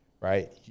right